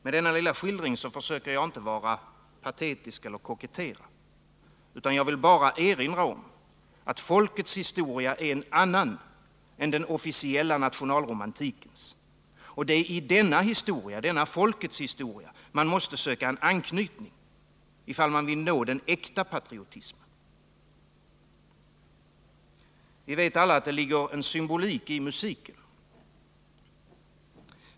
Med denna lilla skildring försöker jag inte vara patetisk eller kokettera, utan jag vill bara erinra om att folkets historia är en annan än den officiella nationalromantikens. Det är i denna folkets historia man måste söka anknytning, om man vill nå den äkta patriotismen. Vi vet alla att det ligger en symbolik i musiken.